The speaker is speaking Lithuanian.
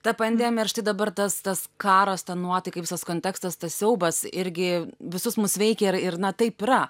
ta pandemija ir štai dabar tas tas karas ta nuotaika visas kontekstas tas siaubas irgi visus mus veikia ir ir na taip yra